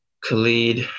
Khalid